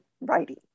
writing